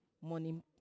morning